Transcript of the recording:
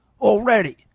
already